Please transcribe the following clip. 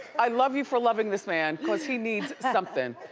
i love you for loving this man, cause he needs something.